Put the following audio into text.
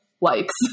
likes